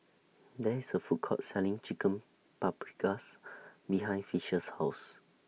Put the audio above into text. There IS A Food Court Selling Chicken Paprikas behind Fisher's House